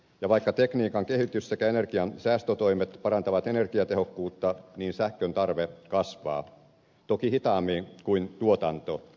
ja vaikka tekniikan kehitys sekä energiansäästötoimet parantavat energiatehokkuutta niin sähkön tarve kasvaa toki hitaammin kuin tuotanto